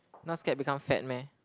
not scared become fat meh